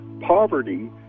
poverty